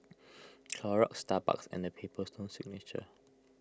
Clorox Starbucks and the Paper Stone Signature